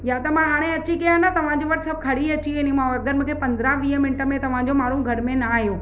या त मां हाणे अची कया न तव्हांजे वटि सभु खणी अची वेंदीमांव अगरि मूंखे पंद्रहां वीह मिंट में तव्हांजो माण्हू घर में न आयो